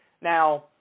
Now